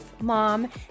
mom